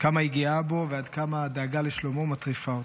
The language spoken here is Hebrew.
כמה היא גאה בו ועד כמה הדאגה לשלומו מטריפה אותה.